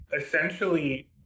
Essentially